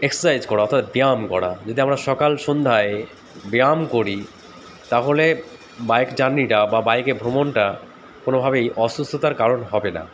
exercise করা অর্থাৎ ব্যায়াম করা যদি আমরা সকাল সন্ধ্যায় ব্যায়াম করি তাহলে বাইক জার্নিটা বা বাইকে ভ্রমণটা কোনোভাবেই অসুস্থতার কারণ হবে না